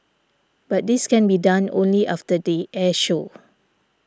but this can be done only after the air show